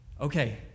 Okay